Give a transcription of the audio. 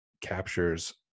captures